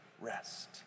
rest